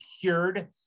cured